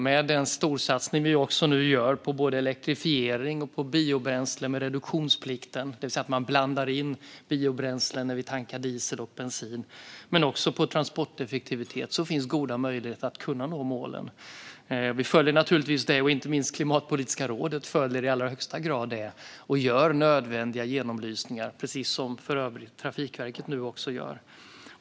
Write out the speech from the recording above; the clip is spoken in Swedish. Med den storsatsning vi nu gör på elektrifiering och biobränsle med reduktionsplikten, det vill säga att blanda in biobränsle när vi tankar diesel och bensin, och på transporteffektivitet, finns goda möjligheter att nå målen. Vi följer naturligtvis dessa frågor, inte minst Klimatpolitiska rådet följer i allra högsta grad dessa frågor och gör nödvändiga genomlysningar, precis som för övrigt Trafikverket också gör.